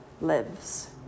lives